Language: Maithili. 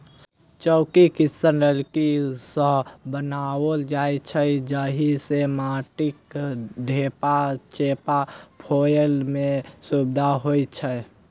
चौकी निस्सन लकड़ी सॅ बनाओल जाइत छै जाहि सॅ माटिक ढेपा चेपा फोड़य मे सुविधा होइत छै